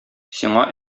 сиңа